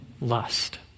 lust